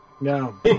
No